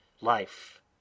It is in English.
life